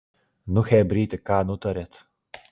nu chebryte ką nutarėt